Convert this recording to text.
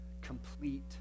complete